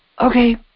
okay